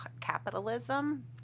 Capitalism